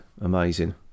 Amazing